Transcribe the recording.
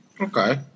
Okay